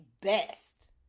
best